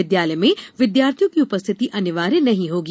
विद्यालय में विद्यार्थियों की उपस्थिति अनिवार्य नहीं होगी